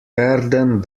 werden